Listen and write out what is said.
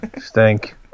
stink